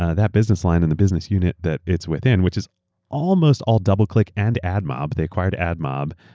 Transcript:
ah that business line and the business unit that it's within which is almost all doubleclick and admob. they acquired admob,